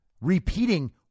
repeating